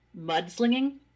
mudslinging